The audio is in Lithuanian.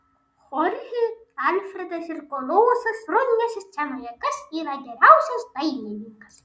chorchė alfredas ir kolosas rungiasi scenoje kas yra geriausias dainininkas